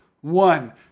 One